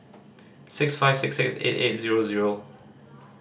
six five six six eight eight zero zero